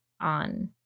on